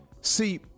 see